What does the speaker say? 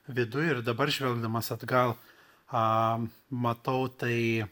viduj ir dabar žvelgdamas atgal a matau tai